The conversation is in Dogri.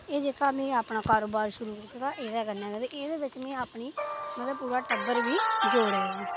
एह् में अपना कारोबार शुरु कीते दा हा एह्दै कन्नै ते एह्जदै बिच्च में अपना टब्बर बी जोड़े दा ऐ